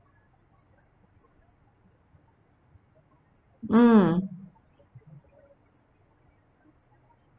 mm